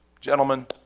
Gentlemen